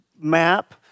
map